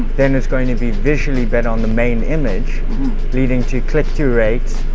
then it's going to be visually better on the main image leading to click-through rate,